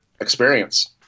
experience